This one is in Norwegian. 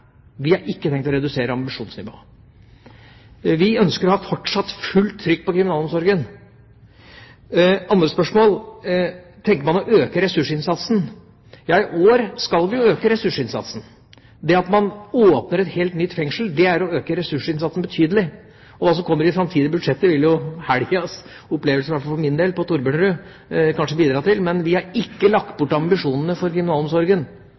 Vi har ikke tenkt å redusere ambisjonsnivået. Vi ønsker fortsatt å ha fullt trykk på kriminalomsorgen. Det andre spørsmålet var: Tenker man å øke ressursinnsatsen? Ja, i år skal vi øke ressursinnsatsen. Det at man åpner et helt nytt fengsel, er å øke ressursinnsatsen betydelig. Hva som kommer i de framtidige budsjetter, vil jo helgens opplevelser på Thorbjørnrud – i hvert fall for min del – kanskje bidra til, men vi har ikke lagt bort ambisjonene for